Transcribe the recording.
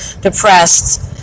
depressed